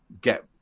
get